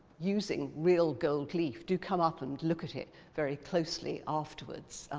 using real gold leaf. do come up and look at it very closely afterwards.